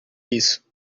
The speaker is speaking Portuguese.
isso